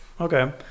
okay